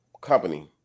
company